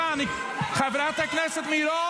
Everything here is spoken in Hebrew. --- סליחה, סליחה, חברת הכנסת גוטליב,